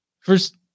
first